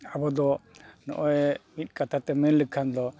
ᱟᱵᱚ ᱫᱚ ᱱᱚᱜᱼᱚᱭ ᱢᱤᱫ ᱠᱟᱛᱷᱟᱛᱮ ᱢᱮᱱᱞᱮᱠᱷᱟᱱ ᱫᱚ